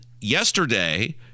yesterday